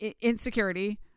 insecurity